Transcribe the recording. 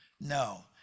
No